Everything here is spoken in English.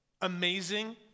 amazing